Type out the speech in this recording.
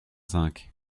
cinq